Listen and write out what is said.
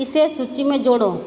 इसे सूची में जोड़ो